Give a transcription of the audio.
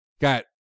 Got